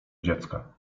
dziecka